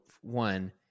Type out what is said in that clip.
one